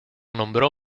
nombró